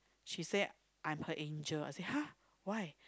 she said I'm her Angel I said !huh! why